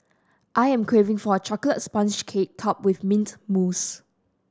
I am craving for a chocolate sponge cake topped with mint mousse